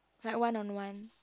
like one on one